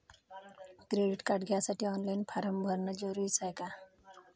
Credit card घ्यासाठी online form भरन जरुरीच हाय का?